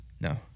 No